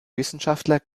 wissenschaftler